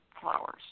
flowers